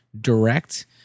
direct